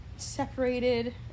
separated